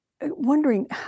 wondering